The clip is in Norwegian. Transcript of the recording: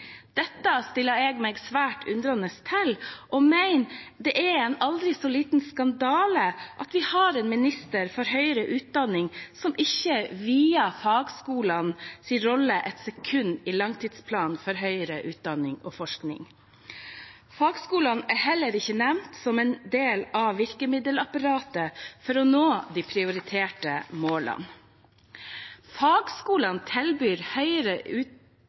Dette stiller jeg meg svært undrende til og mener det er en aldri så liten skandale at vi har en minister for høyere utdanning som ikke vier fagskolenes rolle ett sekund i langtidsplanen for høyere utdanning og forskning. Fagskolene er heller ikke nevnt som en del av virkemiddelapparatet for å nå de prioriterte målene. Fagskolene tilbyr høyere